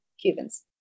Cubans